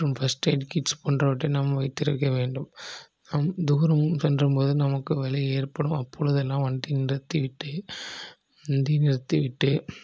மற்றும் first aid kits போன்றவற்றை நம் வைத்திருக்க வேண்டும் நம் தூரம் சென்ற போது நமக்கு வலி ஏற்படும் அப்பொழுது எல்லாம் வண்டி நிறுத்தி விட்டு வண்டி நிறுத்தி விட்டு